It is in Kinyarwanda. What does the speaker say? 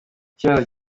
icyemezo